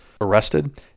arrested